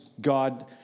God